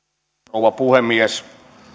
rouva puhemies